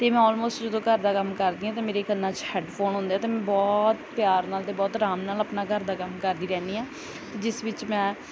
ਅਤੇ ਮੈਂ ਔਲਮੋਸਟ ਜਦੋਂ ਘਰ ਦਾ ਕੰਮ ਕਰਦੀ ਹਾਂ ਅਤੇ ਮੇਰੇ ਕੰਨਾਂ 'ਚ ਹੈਡਫੋਨ ਹੁੰਦੇ ਅਤੇ ਮੈਂ ਬਹੁਤ ਪਿਆਰ ਨਾਲ ਅਤੇ ਬਹੁਤ ਆਰਾਮ ਨਾਲ ਆਪਣਾ ਘਰ ਦਾ ਕੰਮ ਕਰਦੀ ਰਹਿੰਦੀ ਹਾਂ ਜਿਸ ਵਿੱਚ ਮੈਂ